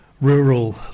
rural